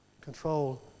control